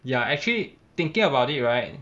ya actually thinking about it right